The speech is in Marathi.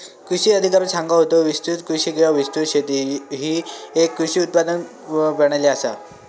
कृषी अधिकारी सांगा होतो, विस्तृत कृषी किंवा विस्तृत शेती ही येक कृषी उत्पादन प्रणाली आसा